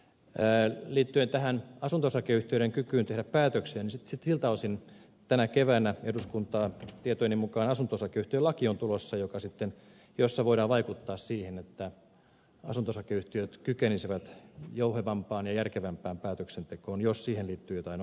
liittyen tähän asunto osakeyhtiöiden kykyyn tehdä päätöksiä siltä osin tänä keväänä on tulossa eduskuntaan tietojen mukaan asunto osakeyhtiölaki jossa voidaan vaikuttaa siihen että asunto osakeyhtiöt kykenisivät jouhevampaan ja järkevämpään päätöksentekoon jos siihen liittyy joitakin ongelmia